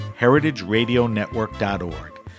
heritageradionetwork.org